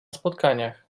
spotkaniach